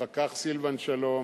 אחר כך סילבן שלום,